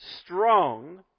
strong